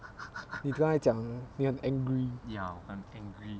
那刚才讲你很 angry